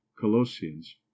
Colossians